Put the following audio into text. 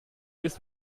ist